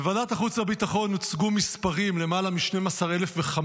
בוועדת החוץ והביטחון הוצגו מספרים: למעלה מ-12,500